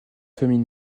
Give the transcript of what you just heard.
famille